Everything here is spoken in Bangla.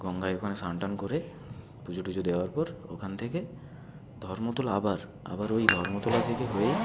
গঙ্গায় ওখানে স্নান টান করে পুজো টুজো দেওয়ার পর ওখান থেকে ধর্মতলা আবার আবার ওই ধর্মতলা থেকে হয়েই